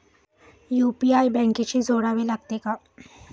UPI बँकेशी जोडावे लागते का?